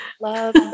love